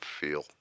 feel